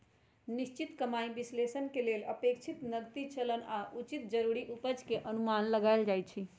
निश्चित कमाइ विश्लेषण के लेल अपेक्षित नकदी चलन आऽ उचित जरूरी उपज के अनुमान लगाएल जाइ छइ